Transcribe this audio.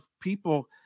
people